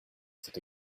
cette